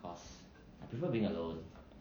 cause I prefer being alone